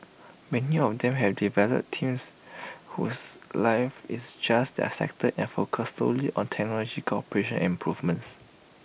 many of them have developed teams whose life is just their sector and focus solely on technological operations and improvements